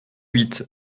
huit